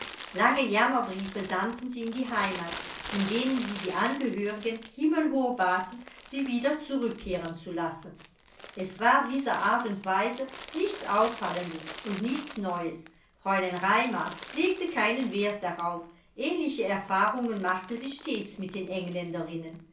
lange jammerbriefe sandten sie in die heimat in denen sie die angehörigen himmelhoch baten sie wieder zurückkehren zu lassen es war diese art und weise nichts auffallendes und nichts neues fräulein raimar legte keinen wert darauf ähnliche erfahrungen machte sie stets mit den engländerinnen